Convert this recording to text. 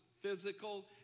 physical